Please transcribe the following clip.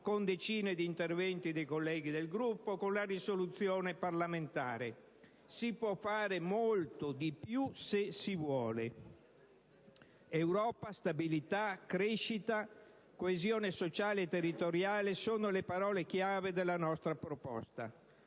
con decine di interventi dei colleghi del Gruppo e con una proposta di risoluzione parlamentare. Si può fare molto di più, se si vuole. Europa, stabilità, crescita, coesione sociale e territoriale sono le parole chiave della nostra proposta.